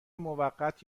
موقت